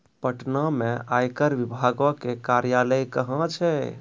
पटना मे आयकर विभागो के कार्यालय कहां छै?